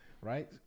right